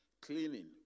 cleaning